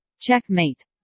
Checkmate